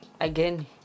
Again